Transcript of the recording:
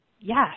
yes